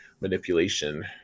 manipulation